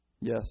Yes